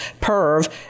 Perv